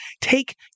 take